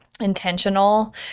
intentional